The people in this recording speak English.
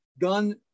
gun